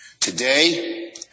Today